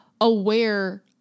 aware